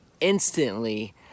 instantly